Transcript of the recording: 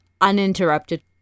uninterrupted